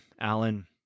alan